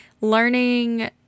learning